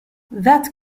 that